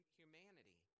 humanity